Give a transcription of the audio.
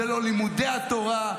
זה לא לימודי התורה,